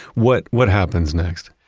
what what happens next?